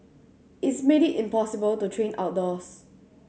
it's made it impossible to train outdoors